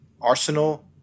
Arsenal